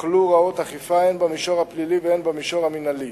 הוחלו הוראות אכיפה הן במישור הפלילי והן במישור המינהלי.